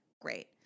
great